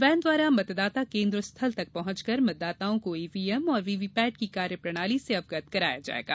van द्वारा मतदाता केन्द्र स्थल तक पहुंचकर मतदाताओं को ईवीएम और वीवीपैट की कार्यप्रणाली से अवगत कराया जाएगा